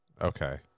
Okay